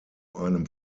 einem